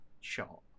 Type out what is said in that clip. shot